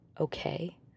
okay